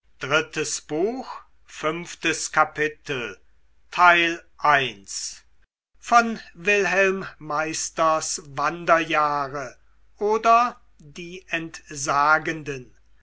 goethe wilhelm meisters wanderjahre oder die entsagenden